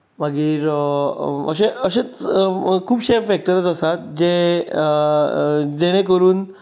मागीर अशें खुबशे फॅक्टर आसात जे जेणें करून